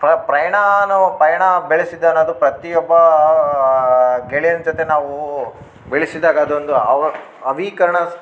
ಪ ಪ್ರಯಾಣ ನಾವು ಪಯಣ ಬೆಳೆಸಿದನ್ನದು ಪ್ರತಿಯೊಬ್ಬ ಗೆಳೆಯನ ಜೊತೆ ನಾವು ಬೆಳೆಸಿದಾಗ ಅದೊಂದು ಅವ ಅವೀಕರಣ